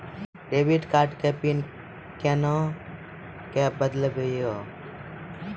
Debit card के pin कोना के बदलबै यो?